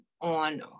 on